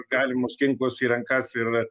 galimus ginklus į rankas ir